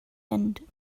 end